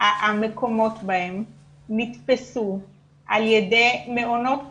המקומות בהם, נתפסו על ידי מעונות פתוחים.